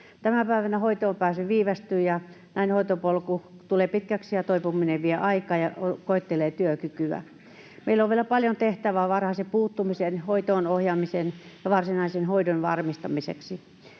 Tänä päivänä hoitoonpääsy viivästyy, ja näin hoitopolku tulee pitkäksi ja toipuminen vie aikaa ja koettelee työkykyä. Meillä on vielä paljon tehtävää varhaisen puuttumisen, hoitoon ohjaamisen ja varsinaisen hoidon varmistamiseksi.